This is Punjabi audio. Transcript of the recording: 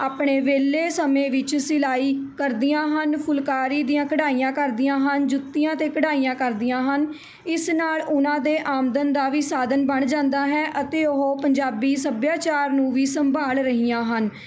ਆਪਣੇ ਵਿਹਲੇ ਸਮੇਂ ਵਿੱਚ ਸਿਲਾਈ ਕਰਦੀਆਂ ਹਨ ਫੁਲਕਾਰੀ ਦੀਆਂ ਕਢਾਈਆਂ ਕਰਦੀਆਂ ਹਨ ਜੁੱਤੀਆਂ 'ਤੇ ਕਢਾਈਆਂ ਕਰਦੀਆਂ ਹਨ ਇਸ ਨਾਲ ਉਨ੍ਹਾਂ ਦੇ ਆਮਦਨ ਦਾ ਵੀ ਸਾਧਨ ਬਣ ਜਾਂਦਾ ਹੈ ਅਤੇ ਉਹ ਪੰਜਾਬੀ ਸੱਭਿਆਚਾਰ ਨੂੰ ਵੀ ਸੰਭਾਲ ਰਹੀਆਂ ਹਨ